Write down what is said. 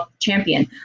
champion